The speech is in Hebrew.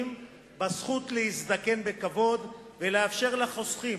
בזכות להזדקן בכבוד ולאפשר לחוסכים